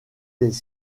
des